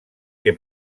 que